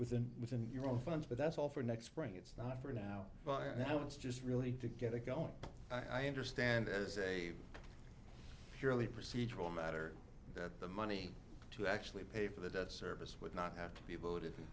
within within your own funds but that's all for next spring it's not for now but now it's just really to get it going i understand as a purely procedural matter that the money to actually pay for the debt service would not have to be voted in